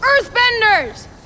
Earthbenders